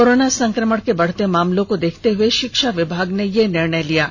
corona संक्रमण के बढ़ते मामलों को देखते हुए शिक्षा विभाग ने यह निर्णय लिया है